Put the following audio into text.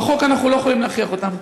בחוק אנחנו לא יכולים להכריח אותם,